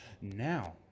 Now